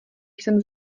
jsem